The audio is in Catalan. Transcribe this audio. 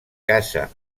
casa